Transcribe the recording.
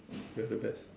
we are the best